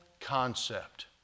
concept